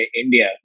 India